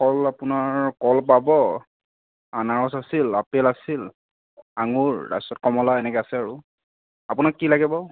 ফল আপোনাৰ কল পাব আনাৰস আছিল আপেল আছিল আঙুৰ তাৰপিছত কমলা এনেকৈ আছে আৰু আপোনাক কি লাগে বাৰু